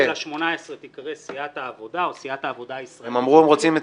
- תיקרא סיעת העבודה, או סיעת העבודה הישראלית.